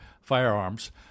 firearms